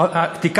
אדוני.